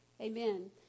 Amen